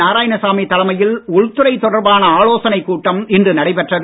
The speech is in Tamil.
நாராயணசாமி தலைமையில் உள்துறை தொடர்பான ஆலோசனைக் கூட்டம் இன்று நடைபெற்றது